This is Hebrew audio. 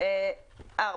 "(4).